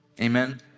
amen